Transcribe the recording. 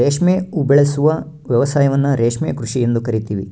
ರೇಷ್ಮೆ ಉಬೆಳೆಸುವ ವ್ಯವಸಾಯವನ್ನ ರೇಷ್ಮೆ ಕೃಷಿ ಎಂದು ಕರಿತೀವಿ